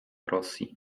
rosji